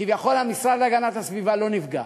כביכול המשרד להגנת הסביבה, לא נפגע.